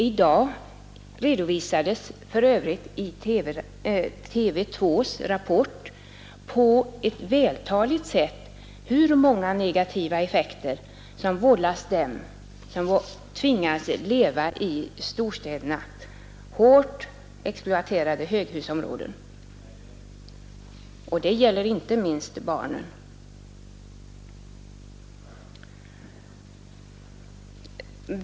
I dag redovisades för övrigt på ett vältaligt sätt i TV 2:s Rapport hur många negativa effekter som vållas dem som tvingas leva i storstädernas hårt exploaterade höghusområden, och det gäller inte minst barnen.